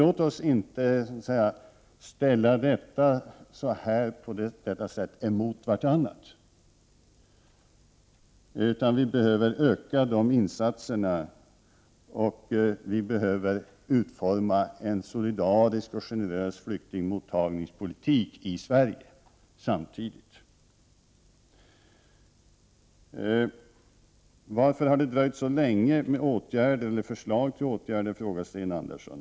Låt oss emellertid inte ställa dessa saker mot varandra. Vi behöver öka dessa insatser, och vi behöver samtidigt utforma en solidarisk och generös flyktingmottagningspolitik i Sverige. Sten Andersson frågar varför det har dröjt så länge innan några förslag till åtgärder har lagts fram.